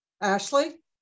Ashley